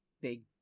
big